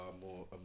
more